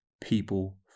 people